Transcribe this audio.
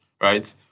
right